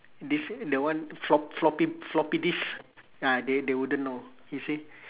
they say the one flop~ floppy floppy disk ah they they wouldn't know you see